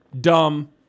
dumb